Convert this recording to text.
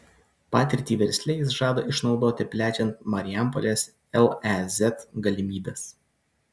patirtį versle jis žada išnaudoti plečiant marijampolės lez galimybes